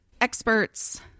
experts